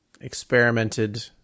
experimented